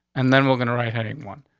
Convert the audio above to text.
and then we're gonna write heading one.